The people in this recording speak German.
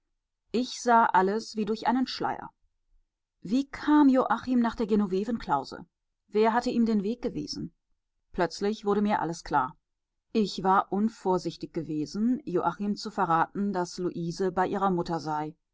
ich sah alles wie durch einen schleier wie kam joachim nach der genovevenklause wer hatte ihm den weg gewiesen plötzlich wurde mir alles klar ich war unvorsichtig gewesen joachim zu verraten daß luise bei ihrer mutter sei